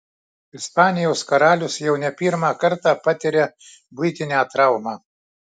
ispanijos karalius jau ne pirmą kartą patiria buitinę traumą